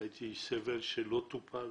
ראיתי סבל שלא טופל.